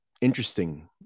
interesting